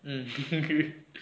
mm